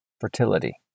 fertility